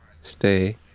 stay